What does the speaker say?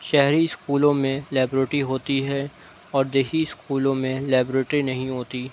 شہری اسکولوں میں لیبورٹی ہوتی ہے اور دیہی اسکولوں میں لیبورٹی نہیں ہوتی